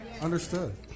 Understood